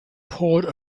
poured